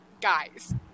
guys